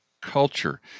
culture